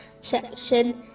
section